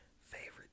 Favorite